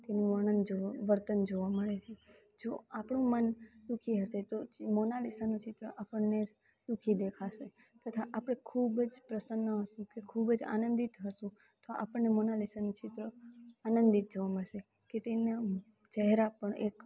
તેનું વર્ણન વર્તન જોવા મળે છે જો આપણું મન દુખી હશે તો જે મોનાલીસાનું ચિત્ર આપણને દુખી દેખાશે તથા આપણે ખૂબ જ પ્રસન્ન હશું કે ખૂબ જ આનંદિત હશું તો આપણને મોનાલીસાનું ચિત્ર આનંદિત જોવા મળશે કે તેના ચહેરા પણ એક